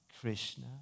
Krishna